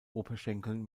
oberschenkeln